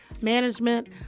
management